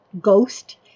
ghost